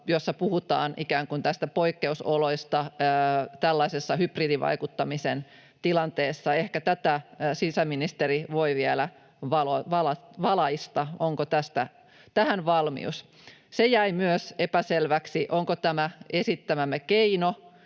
jossa puhutaan ikään kuin näistä poikkeusoloista tällaisessa hybridivaikuttamisen tilanteessa. Ehkä tätä sisäministeri voi vielä valaista, onko tähän valmius. Se jäi myös epäselväksi, onko tämä esittämämme keino,